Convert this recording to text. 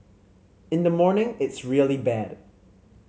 in the morning it's really bad